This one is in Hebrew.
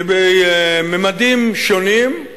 שבממדים שונים,